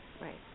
Right